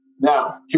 Now